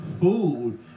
food